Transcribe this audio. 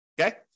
Okay